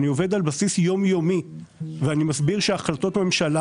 אני עובד על בסיס יום-יומי ואני מסביר שהחלטות ממשלה